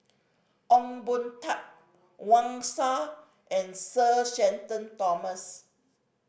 Ong Boon Tat Wang Sha and Sir Shenton Thomas